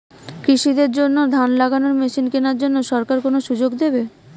কৃষি দের জন্য ধান লাগানোর মেশিন কেনার জন্য সরকার কোন সুযোগ দেবে?